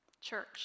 Church